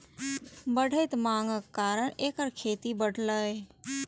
बढ़ैत मांगक कारण एकर खेती बढ़लैए